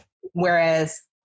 Whereas